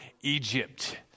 Egypt